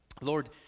Lord